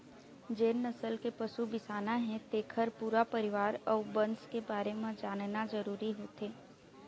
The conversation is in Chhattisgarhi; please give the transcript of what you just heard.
जेन नसल के पशु बिसाना हे तेखर पूरा परिवार अउ बंस के बारे म जानना जरूरी होथे